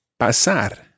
pasar